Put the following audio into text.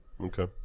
Okay